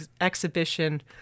exhibition